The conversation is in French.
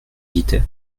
guittet